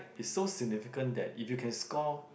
it's so significant that if you can score